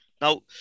Now